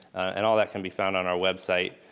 and all that can be found on our website.